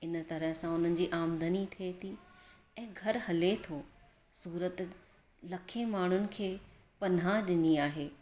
इन तरह सां उन्हनि जी आमदनी थिए थी ऐं घरु हले थो सूरत लखे माण्हुनि खे पनाह ॾिनी आहे